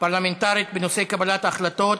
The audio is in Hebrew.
פרלמנטרית בנושא קבלת ההחלטות